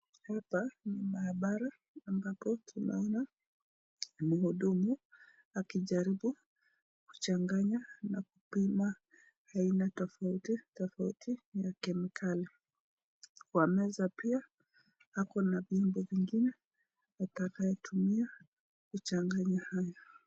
Hapa ni mahabara ambapo tunaona mhudumu akijaribu kuchanganya na kupima aina tofauti tofauti ya kemikali, kwa meza pia ako na vyombo vingine atakayotumia kuchanganya haya.